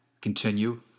continue